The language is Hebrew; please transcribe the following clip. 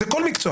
זה כל מקצוע.